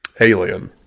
alien